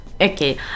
okay